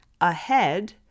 ahead